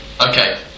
Okay